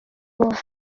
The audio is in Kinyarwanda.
paul